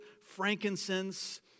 frankincense